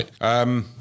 right